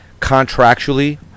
contractually